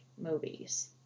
movies